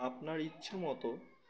আপনার ইচ্ছ মতো